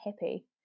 happy